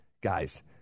guys